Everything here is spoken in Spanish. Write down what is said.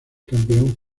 campeón